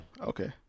Okay